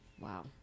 Wow